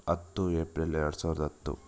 ಹತ್ತು ಏಪ್ರಿಲ್ ಎರಡು ಸಾವಿರದ ಹತ್ತು